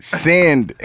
send